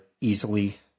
easily